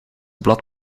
blad